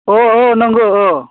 औ औ नंगो